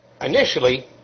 initially